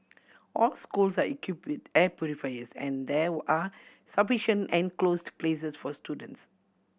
all schools are equipped with air purifiers and there were are sufficient enclosed places for students